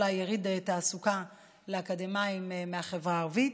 ירידי התעסוקה לאקדמאים מהחברה הערבית,